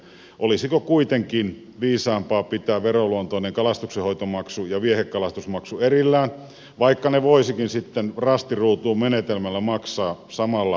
olisiko kuitenkin viisaampaa pitää veroluontoinen kalastuksenhoitomaksu ja viehekalastusmaksu erillään vaikka ne voisikin sitten rasti ruutuun menetelmällä maksaa samalla maksulla